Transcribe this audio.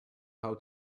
how